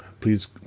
please